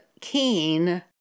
keen